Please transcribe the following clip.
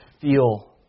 feel